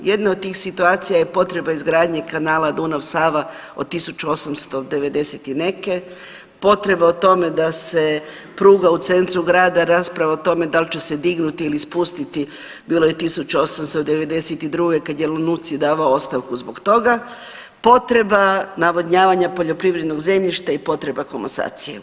Jedna od tih situacija je potreba izgradnje kanala Dunav-Sava od 1890 i neke, potreba o tome da se pruga u centru grada, rasprava o tome dal će se dignuti ili spustiti bilo je 1892. kad je … [[Govornik se ne razumije]] davao ostavku zbog toga, potreba navodnjavanja poljoprivrednog zemljišta i potreba komasacije.